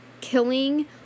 killing